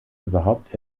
überhaupt